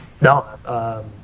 No